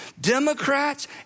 Democrats